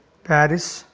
Paris